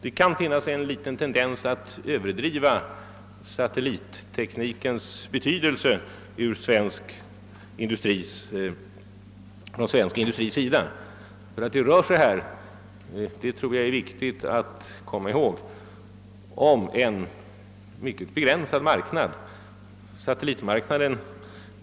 Det finnes på vissa håll en tendens att överdriva satellitteknikens betydelse för svensk industri. Det rör sig här — och det tror jag är viktigt att komma ihåg — om en mycket begränsad marknad.